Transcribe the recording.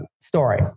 story